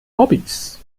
hobbies